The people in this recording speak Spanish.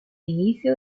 inicio